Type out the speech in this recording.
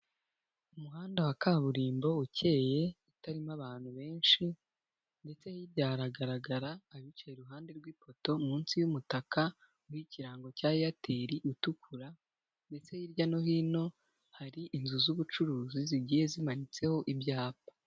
Umuhanda wa kaburimbo ukeye, utarimo abantu benshi, ndetse hirya haragaragara abicaye iruhande rw'ipoto, munsi y'umutaka w'ikirango cya Airtel utukura, ndetse hirya no hino hari inzu z'ubucuruzi zigiye zimanitseho ibyapa.